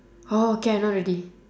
oh okay I know already